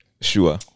Sure